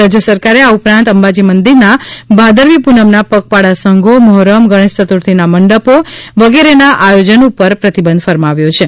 રાજય સરકારે આ ઉપરાંત અંબાજી મંદિરના ભાદરવી પુનમના પગપાળા સંઘો મહોરમ ગણેશયતુર્થીના મંડપો વગેરેના આયોજન ઉપર પ્રતિબંધ ફરમાવ્યો છે